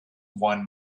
one